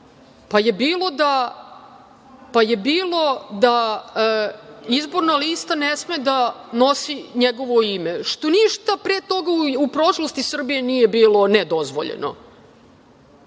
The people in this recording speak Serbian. pa je bilo da izborna lista ne sme da nosi njegovo ime, što ništa pre toga u prošlosti Srbije nije bilo nedozvoljeno.